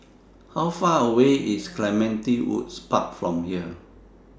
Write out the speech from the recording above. How Far away IS Clementi Woods Park from here